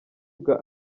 bwa